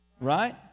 Right